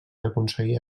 aconseguir